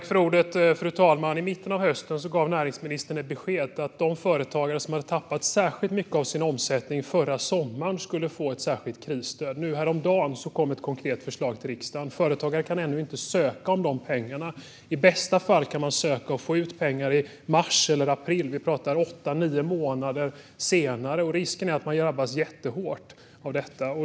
Fru talman! I mitten av hösten gav näringsministern beskedet att de företagare som tappade särskilt mycket av sin omsättning förra sommaren skulle få ett särskilt krisstöd. Häromdagen kom ett konkret förslag till riksdagen. Företagare kan ännu inte söka dessa pengar. I bästa fall kan de söka och få ut pengar i mars eller april. Det är åtta nio månader senare vi pratar om, och risken är att de drabbas jättehårt av detta.